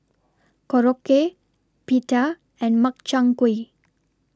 Korokke Pita and Makchang Gui